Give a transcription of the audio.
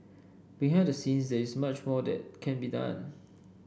behind the scenes there is much more that can be done